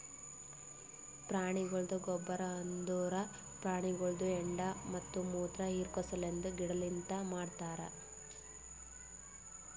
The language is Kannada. ಪ್ರಾಣಿಗೊಳ್ದ ಗೊಬ್ಬರ್ ಅಂದುರ್ ಪ್ರಾಣಿಗೊಳ್ದು ಹೆಂಡಿ ಮತ್ತ ಮುತ್ರ ಹಿರಿಕೋ ಸಲೆಂದ್ ಗಿಡದಲಿಂತ್ ಮಾಡ್ತಾರ್